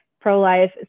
pro-life